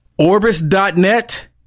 Orbis.net